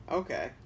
okay